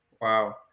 Wow